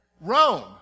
Rome